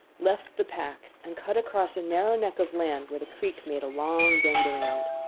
left the pack and cut across a narrow neck of land where the creek made a long bend around.